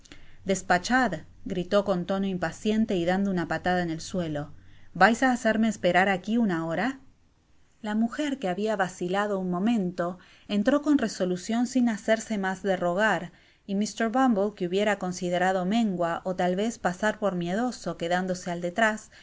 pespachad gritó con tono impaciente y dando una patada en el suelo vais á hacerme esperar aqui una hora la mujer que habia vacilado un momento entró con resolucion sin hacerse mas de rogar y mr bumble que hubiera considerado mengua ó tal vez pasar por miedoso quedándose al detrás